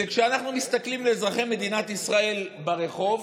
כשאנחנו מסתכלים על אזרחי מדינת ישראל ברחוב